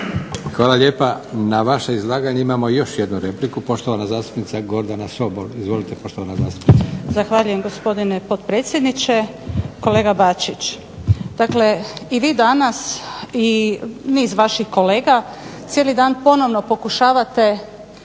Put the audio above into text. Hvala lijepa. Na vaše izlaganje imamo još jednu repliku. Poštovana zastupnica Gordana Sobol. Izvolite poštovana zastupnice. **Sobol, Gordana (SDP)** Zahvaljujem gospodine potpredsjedniče. Kolega Bačić, dakle i vi danas i niz vaših kolega cijeli dan ponovno pokušavate